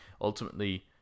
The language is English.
ultimately